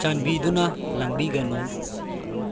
ꯆꯥꯟꯕꯤꯗꯨꯅ ꯂꯥꯡꯕꯤꯒꯅꯨ